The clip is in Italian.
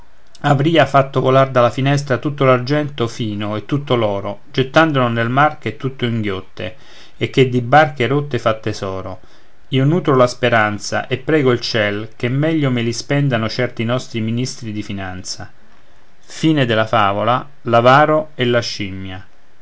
destra avria fatto volar dalla finestra tutto l'argento fino e tutto l'oro gettandolo nel mar che tutto inghiotte e che di barche rotte fa tesoro io nutro la speranza e prego il ciel che meglio me li spendano certi nostri ministri di finanza e